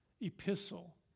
epistle